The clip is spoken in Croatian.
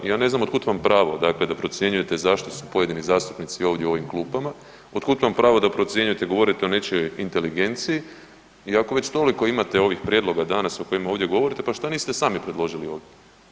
Ja ne znam od kud vam pravo, dakle da procjenjujete zašto su pojedini zastupnici ovdje u ovim klupama, od kud vam pravo da procjenjujete i govorite o nečijoj inteligenciji i ako već toliko imate ovih prijedloga danas o kojima ovdje govorite pa šta niste sami predložili ovdje.